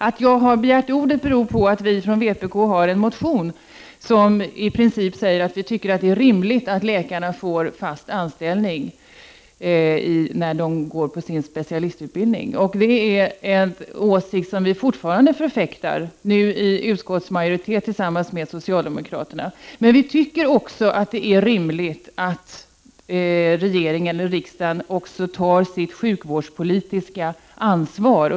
Att jag har begärt ordet beror på att vi från vpk har väckt en motion om att det i princip är rimligt att läkarna får fast anställning när de går på sin specialistutbildning. Det är en åsikt som vi vidhåller, nu i majoritet tillsammans med socialdemokraterna i utskottet. Men vi tycker också att det är rimligt att även regeringen och riksdagen tar sitt sjukvårdspolitiska ansvar.